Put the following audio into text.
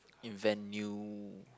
invent new